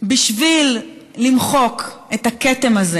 בשביל למחוק את הכתם הזה